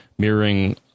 Mirroring